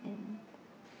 and